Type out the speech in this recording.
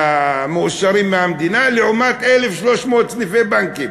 מאושרים מהמדינה, לעומת 1,300 סניפי בנקים.